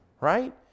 right